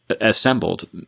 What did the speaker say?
assembled